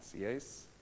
yes